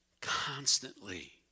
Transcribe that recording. constantly